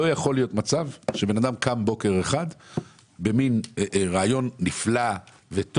לא יכול להיות מצב שבן אדם קם בוקר אחד ברעיון נפלא וטוב